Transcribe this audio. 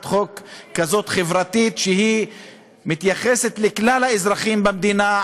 חוק חברתית כזאת שמתייחסת לכלל האזרחים במדינה,